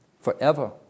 Forever